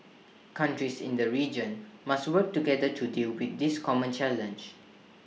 countries in the region must work together to deal with this common challenge